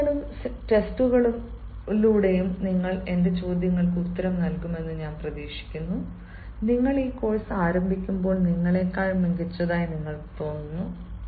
ക്വിസുകളിലൂടെയും ടെസ്റ്റുകളിലൂടെയും നിങ്ങൾ എന്റെ ചോദ്യങ്ങൾക്ക് ഉത്തരം നൽകുമെന്ന് ഞാൻ പ്രതീക്ഷിക്കുന്നു നിങ്ങൾ ഈ കോഴ്സ് ആരംഭിക്കുമ്പോൾ നിങ്ങളേക്കാൾ മികച്ചതായി നിങ്ങൾക്ക് തോന്നുന്നു